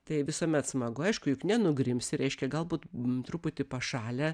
tai visuomet smagu aišku juk nenugrimsi reiškia galbūt m truputį pašalę